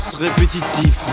répétitif